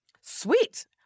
Sweet